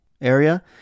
area